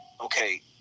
okay